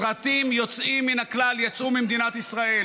סרטים יוצאים מן הכלל יצאו ממדינת ישראל,